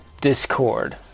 Discord